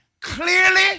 Clearly